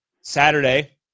Saturday